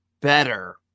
better